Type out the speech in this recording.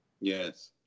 Yes